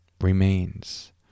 remains